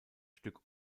stück